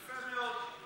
יפה מאוד.